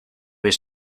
was